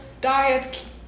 diet